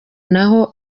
naho